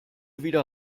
wieder